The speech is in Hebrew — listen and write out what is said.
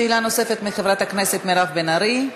שאלה נוספת של חברת הכנסת מירב בן ארי.